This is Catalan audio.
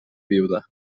viuda